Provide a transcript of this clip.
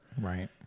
Right